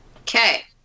Okay